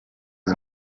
iyi